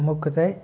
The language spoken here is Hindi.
मुख्यतः